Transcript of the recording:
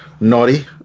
naughty